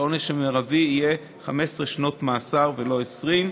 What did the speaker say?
שהעונש המרבי יהיה 15 שנות מאסר ולא 20,